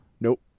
Nope